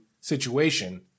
situation